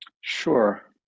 Sure